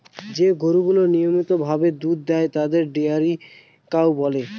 যে গরুগুলা নিয়মিত ভাবে দুধ দেয় তাদের ডেয়ারি কাউ বলে